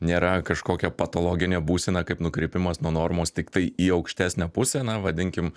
nėra kažkokia patologinė būsena kaip nukrypimas nuo normos tiktai į aukštesnę pusę na vadinkim